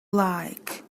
like